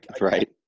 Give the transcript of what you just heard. Right